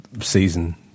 season